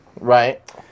Right